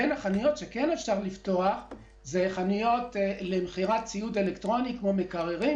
בין החנויות שכן אפשר לפתוח יש חנויות למכירת ציוד אלקטרוני כמו מקררים,